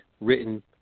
written